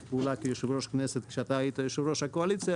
פעולה כיושב-ראש כנסת כשאתה היית יושב-ראש הקואליציה